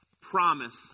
promise